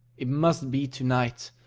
it must be to-night.